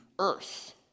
Earth